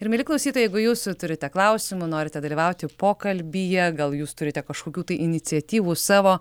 ir mieli klausytojai jeigu jūs turite klausimų norite dalyvauti pokalbyje gal jūs turite kažkokių tai iniciatyvų savo